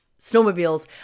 snowmobiles